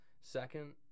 Second